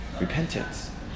repentance